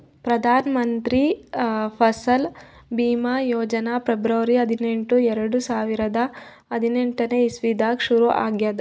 Pradhan Mantri Fasal Bima Yojana February ಹದಿನೆಂಟು, ಎರಡು ಸಾವಿರದಾ ಹದಿನೆಂಟನೇ ಇಸವಿದಾಗ್ ಶುರು ಆಗ್ಯಾದ್